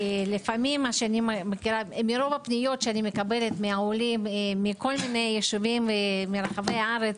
אני מקבלת פניות מעולים מיישובים שונים מרחבי הארץ.